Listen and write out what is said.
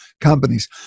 companies